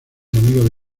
amigo